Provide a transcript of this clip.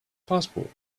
passport